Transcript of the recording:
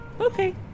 okay